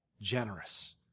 generous